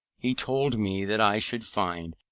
he told me that i should find,